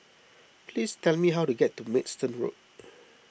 please tell me how to get to Maidstone Road